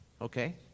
okay